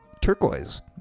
Turquoise